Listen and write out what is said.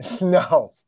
no